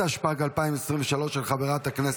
התשפ"ד 2024, אושרה בקריאה